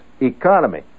economy